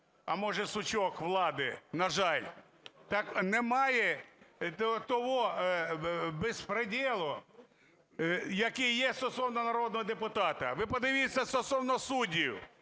а, може, сучок влади, на жаль, так немає того беспрєдєла, який є стосовно народного депутата. Ви подивіться стосовно суддів.